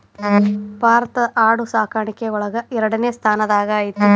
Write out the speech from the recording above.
ಭಾರತಾ ಆಡು ಸಾಕಾಣಿಕೆ ಒಳಗ ಎರಡನೆ ಸ್ತಾನದಾಗ ಐತಿ